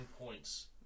points